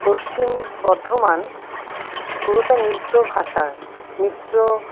পশ্চিম বর্ধমান পুরোটা মিশ্র ভাষা মিশ্র